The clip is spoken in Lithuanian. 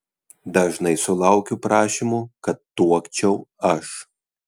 dažnai sulaukiu prašymų kad tuokčiau aš